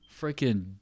freaking